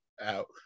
out